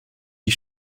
die